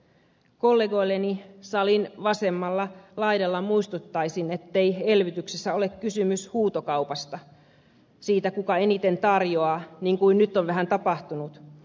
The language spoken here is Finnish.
kollegoilleni salin vasemmalla laidalla muistuttaisin ettei elvytyksessä ole kysymys huutokaupasta siitä kuka eniten tarjoaa niin kuin nyt on vähän tapahtunut